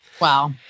Wow